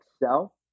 excel